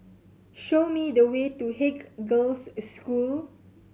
show me the way to Haig Girls' School